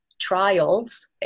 trials